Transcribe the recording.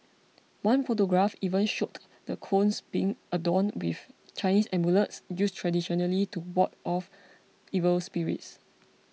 one photograph even showed the cones being adorn with Chinese amulets used traditionally to ward off evil spirits